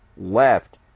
left